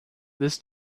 this